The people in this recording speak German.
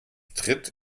tritt